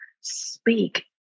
speak